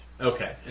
Okay